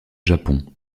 japon